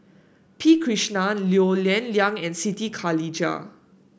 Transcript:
P Krishnan Low Yen Ling and Siti Khalijah